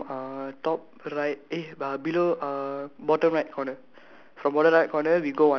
okay nevermind we just start from uh top right eh uh below uh bottom right corner